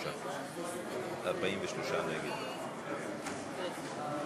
42 נגד, 37